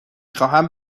خواهم